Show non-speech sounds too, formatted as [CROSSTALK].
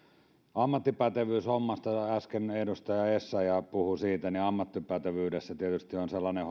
ammattipätevyyshommasta äsken edustaja essayah puhui siitä ammattipätevyydessä tietysti on sellainen [UNINTELLIGIBLE]